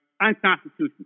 unconstitutional